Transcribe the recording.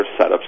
setups